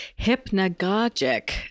hypnagogic